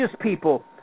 people